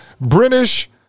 British